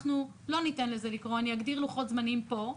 אנחנו לא ניתן לקרות, אני אגדיר לחות זמנים פה.